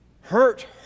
Hurt